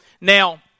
Now